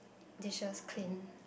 dishes clean